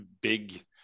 big